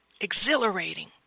exhilarating